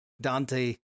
Dante